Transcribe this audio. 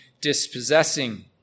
dispossessing